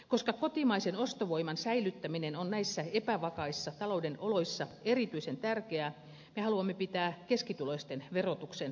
koska kotimaisen ostovoiman säilyttäminen on näissä epävakaissa talouden oloissa erityisen tärkeää me haluamme pitää keskituloisten verotuksen ennallaan